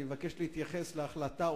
אני מבקש להתייחס להחלטה,